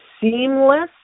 seamless